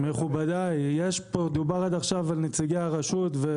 מכובדיי, עד עכשיו דובר על נציגי הרשות.